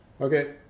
okay